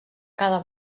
cada